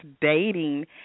dating